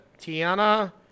Tiana